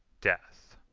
death.